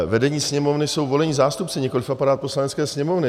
Vedení Sněmovny jsou volení zástupci, nikoliv aparát Poslanecké sněmovny.